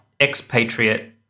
expatriate